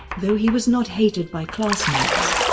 though he was not hated by classmates,